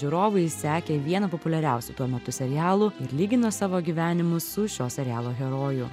žiūrovai sekė vieną populiariausių tuo metu serialų ir lygino savo gyvenimus su šio serialo herojų